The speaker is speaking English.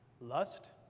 lust